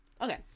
Okay